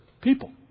people